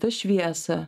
žinai tą šviesą